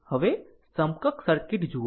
હવે સમકક્ષ સર્કિટ જુઓ